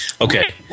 Okay